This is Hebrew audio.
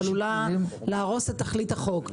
שעלולה להרוס את תכלית החוק.